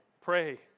Pray